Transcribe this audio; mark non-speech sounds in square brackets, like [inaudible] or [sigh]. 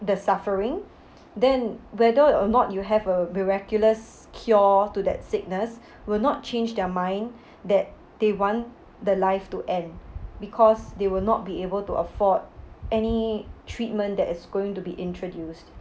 the suffering then whether or not you have a miraculous cure to that sickness will not change their mind [breath] that they want the life to end because they will not be able to afford any treatment that is going to be introduced